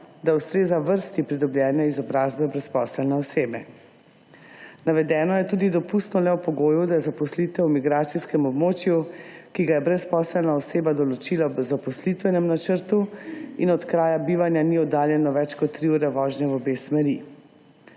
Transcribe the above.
da ustreza vrsti pridobljene izobrazbe brezposelne osebe. Navedeno je tudi dopustno le ob pogoju, da je zaposlitev v migracijskem območju, ki ga je brezposelna oseba določila v zaposlitvenem načrtu in od kraja bivanja ni oddaljeno več kot 3 ure vožnje v obe smeri.